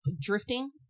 Drifting